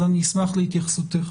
אני אשמח להתייחסותך.